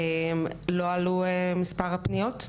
לא עלו מספר הפניות,